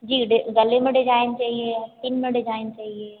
जी गले में डिज़ाइन चाहिए आस्तीन में डिज़ाइन चाहिए